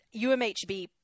UMHB